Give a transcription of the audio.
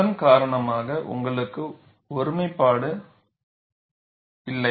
அதன் காரணமாக உங்களுக்கு ஒருமைப்பாடு இல்லை